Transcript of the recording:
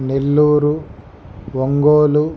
Nellore Ongole